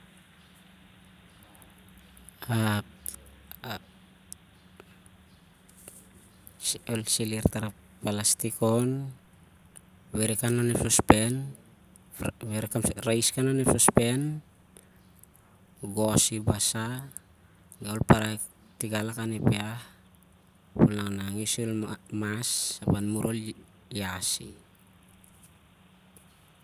Ah- ap- ol silir tara palastik on ap weiri khan lon ep sospen, weir kham mem kok khan lon ep sospen, gosi basa, ap an mur ol parai khan lakan ep iah ap ol nangnangi sur el mas- ap an mur ol iasi.